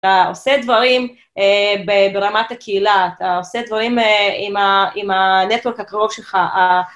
אתה עושה דברים ברמת הקהילה, אתה עושה דברים עם הנטוורק הקרוב שלך.